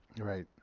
Right